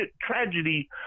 tragedy